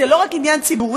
זה לא רק עניין ציבורי,